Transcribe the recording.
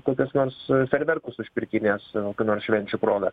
kokius nors fejerverkus užpirkinės kokių nors švenčių proga